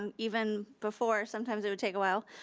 um even before sometimes it would take awhile,